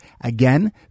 Again